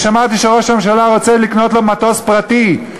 אני שמעתי שראש הממשלה רוצה לקנות לו מטוס פרטי.